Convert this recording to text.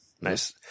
Nice